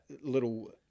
little